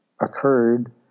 occurred